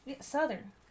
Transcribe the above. Southern